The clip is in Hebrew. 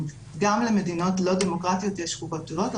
גם למדינות לא דמוקרטיות יש חוקות כתובות,